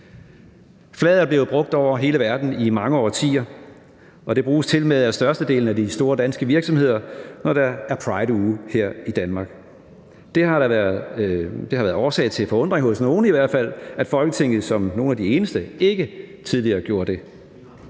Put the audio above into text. Flaget er blevet brugt over hele verden i mange årtier, og det bruges tilmed af størstedelen af de store danske virksomheder, når der er prideuge her i Danmark. Det har været årsag til forundring hos nogle i hvert fald, at Folketinget som nogle af de eneste ikke tidligere har gjort det.